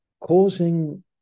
causing